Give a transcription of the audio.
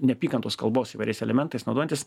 neapykantos kalbos įvairiais elementais naudojantis